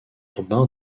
urbain